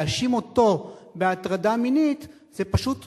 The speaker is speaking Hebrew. להאשים אותו בהטרדה מינית זה פשוט